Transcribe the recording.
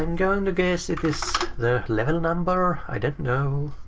and going to guess it is the level number? i don't know.